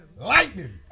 Lightning